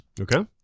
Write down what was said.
okay